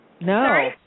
No